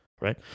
right